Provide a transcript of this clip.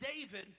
David